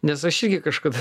nes aš irgi kažkada